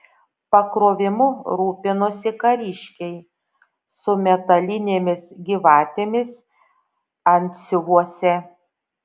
pakrovimu rūpinosi kariškiai su metalinėmis gyvatėmis antsiuvuose